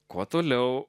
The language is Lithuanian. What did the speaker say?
kuo toliau